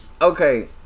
okay